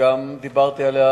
וגם דיברתי עליה